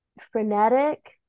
frenetic